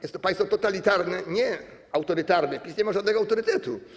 Jest to państwo totalitarne, nie autorytarne - PiS nie ma żadnego autorytetu.